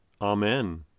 Amen